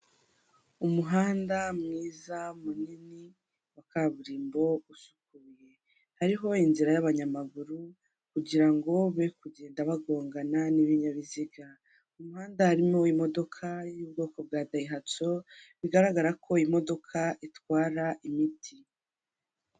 Umuhanda mwiza munini wa kaburimbo usukuye hariho inzira y'abanyamaguru kugira ngo be kugenda bagongana n'ibinyabiziga, kumuhanda harimo imodoka iri mu bwoko bwa dahatso bigaragara ko imodoka itwara imiti.